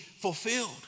fulfilled